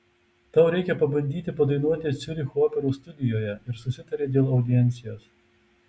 tau reikia pabandyti padainuoti ciuricho operos studijoje ir susitarė dėl audiencijos